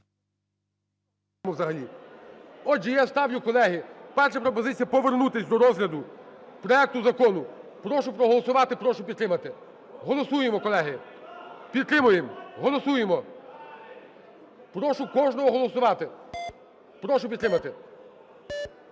Отже, я ставлю, колеги, перша пропозиція: повернутися до розгляду проекту закону. Прошу проголосувати, прошу підтримати. Голосуємо, колеги. Підтримаємо. Голосуємо. Прошу кожного голосувати, прошу підтримати.